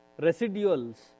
residuals